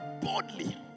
boldly